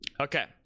okay